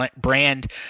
brand